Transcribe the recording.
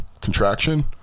contraction